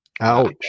Ouch